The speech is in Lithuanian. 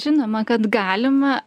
žinoma kad galima